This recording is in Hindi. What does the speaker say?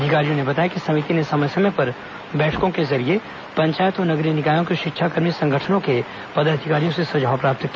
अधिकारियों ने बताया कि समिति ने समय समय पर बैठकों के जरिये पंचायत और नगरीय निकायों के शिक्षाकर्मी संगठनों के पदाधिकारियों से सुझाव प्राप्त किए